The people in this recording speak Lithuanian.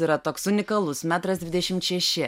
yra toks unikalus metras dvidešimt šeši